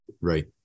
Right